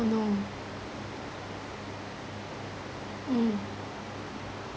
oh no mm